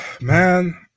Man